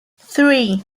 three